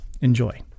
Enjoy